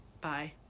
Bye